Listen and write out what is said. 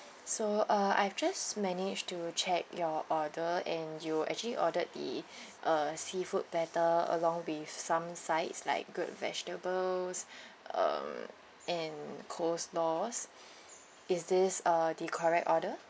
so uh I've just managed to check your order and you actually ordered the uh seafood platter along with some sides like good vegetables uh and coleslaw is this uh the correct order